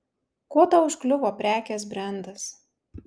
kuo tau užkliuvo prekės brendas